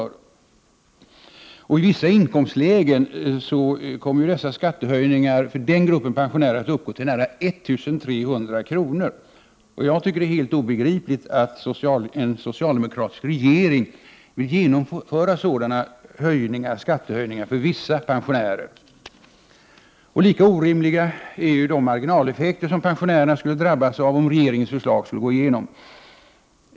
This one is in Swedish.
För pensionärer i vissa inkomstlägen skulle dessa skattehöjningar komma att uppgå till nära 1300 kr. Jag tycker att det är helt obegripligt att en socialdemokratisk regering vill genomföra sådana skattehöjningar för vissa pensionärer. Lika orimliga är de marginaleffekter som pensionärerna skulle drabbas av, om regeringens förslag skulle gå igenom.